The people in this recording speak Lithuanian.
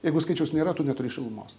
jeigu skaičiaus nėra tu neturi šilumos